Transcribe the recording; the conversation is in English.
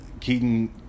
Keaton –